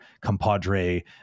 compadre